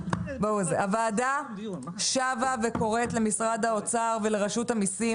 הוועדה שבה וקוראת למשרד האוצר ולרשות המיסים